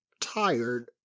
tired